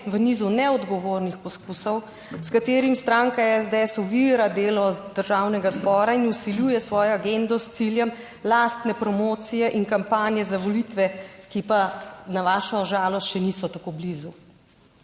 v nizu neodgovornih poskusov, s katerim stranka SDS ovira delo Državnega zbora in vsiljuje svojo agendo s ciljem lastne promocije in kampanje za volitve, ki pa na vašo žalost še niso tako blizu.